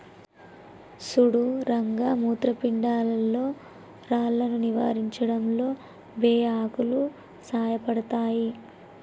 సుడు రంగ మూత్రపిండాల్లో రాళ్లను నివారించడంలో బే ఆకులు సాయపడతాయి